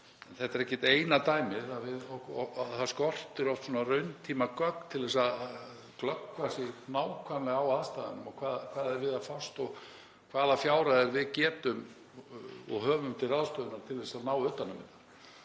þetta er ekkert eina dæmið. Það skortir oft rauntímagögn til að glöggva sig nákvæmlega á aðstæðunum og hvað er við að fást og hvaða fjárhæðir við höfum til ráðstöfunar til að ná utan um þetta.